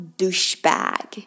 douchebag